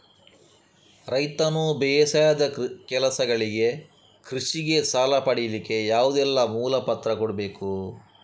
ರೈತನು ಬೇಸಾಯದ ಕೆಲಸಗಳಿಗೆ, ಕೃಷಿಗೆ ಸಾಲ ಪಡಿಲಿಕ್ಕೆ ಯಾವುದೆಲ್ಲ ಮೂಲ ಪತ್ರ ಕೊಡ್ಬೇಕು?